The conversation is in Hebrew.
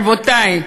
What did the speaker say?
רבותי,